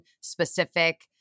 specific